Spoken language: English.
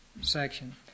section